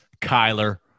Kyler